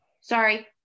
Sorry